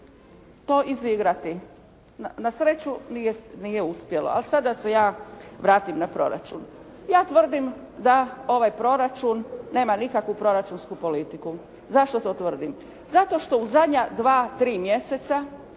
to izigrati. Na sreću nije uspjelo. A sada da se ja vratim na proračun. Ja tvrdim da ovaj proračun, nema nikakvu proračunsku politiku. Zašto to tvrdi? Zato što u zadnja dva, tri mjeseca